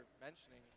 mentioning